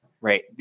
Right